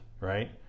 right